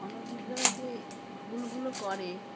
অনভিজ্ঞরা যে ভুলগুলো করে